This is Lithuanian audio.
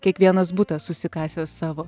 kiekvienas butas užsikasęs savo